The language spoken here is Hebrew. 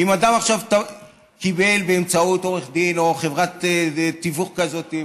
אם אדם קיבל באמצעות עורך דין או חברת טיפול כזאת,